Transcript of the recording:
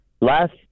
Last